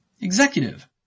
Executive